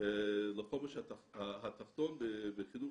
לחומש התחתון בחינוך